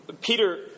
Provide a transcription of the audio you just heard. Peter